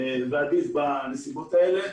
ועדיף בנסיבות האלה.